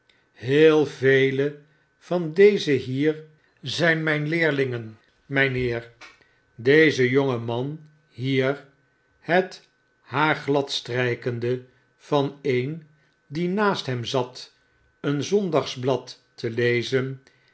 heel velen van deze hier zijn myn leerlingen mynheer deze jonge man hier het haar glad strijkende van een die naast hem zat een zondagsblad te lezen